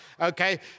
Okay